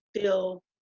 feel